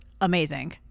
amazing